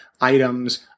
items